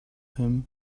him